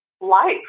life